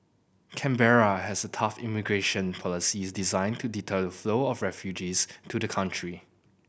Canberra has a tough immigration policies designed to deter a flow of refugees to the country